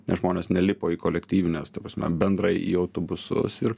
nes žmonės nelipo į kolektyvines ta prasme bendrai į autobusus ir